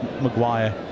Maguire